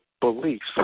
Beliefs